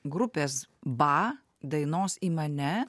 grupės ba dainos į mane